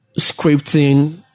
scripting